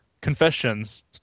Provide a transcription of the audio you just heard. confessions